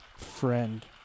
friend